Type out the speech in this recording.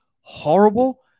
horrible –